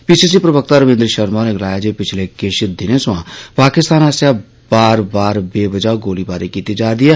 पी C C प्रवक्ता रविन्द्र शर्मा होरे गलाया जे पिछले किश दिने सवां पाकिस्तान आस्सेआ बार बार वेबजह गोलीबारी कीती जारदी ऐ